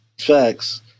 Facts